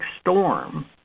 storm